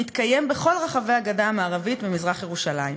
מתקיים בכל רחבי הגדה המערבית ובמזרח-ירושלים.